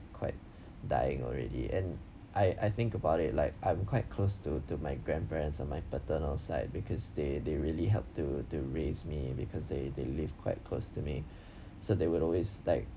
quite dying already and I I think about it like I'm quite close to to my grandparents on my paternal side because they they really help to to raise me because they they live quite close to me so they will always like